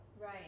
Right